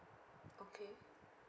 okay